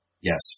Yes